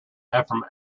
ephraim